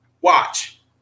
Watch